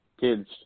Kids